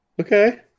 Okay